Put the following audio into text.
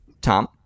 Tom